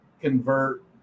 convert